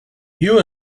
you